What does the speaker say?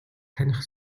таних